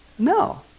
No